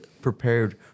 prepared